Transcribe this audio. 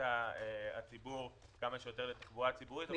הציבור כמו שיותר לתחבורה ציבורית.